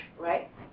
Right